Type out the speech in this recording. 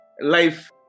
life